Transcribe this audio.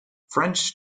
french